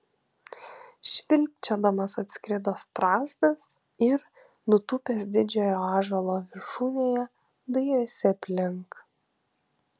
švilpčiodamas atskrido strazdas ir nutūpęs didžiojo ąžuolo viršūnėje dairėsi aplink